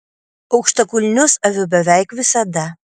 aukštakulnius aviu beveik visada